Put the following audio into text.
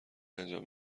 انجام